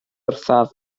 wrthyf